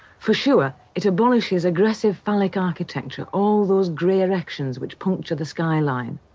for sure, it abolishes aggressive phallic architecture. all those gray erections, which puncture the skyline.